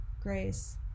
grace